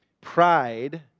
Pride